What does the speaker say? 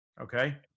Okay